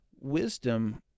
Wisdom